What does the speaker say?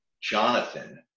Jonathan